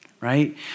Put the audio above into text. right